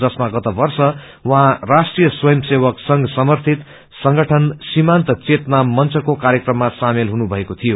जसमा गत वर्ष उहाँ राष्ट्रिय स्वयंसेवक संघ समर्थित संगठन सीमान्त चेतना मंत्रको कार्यक्रममा सामेल भएका थिए